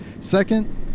Second